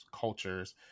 cultures